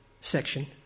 section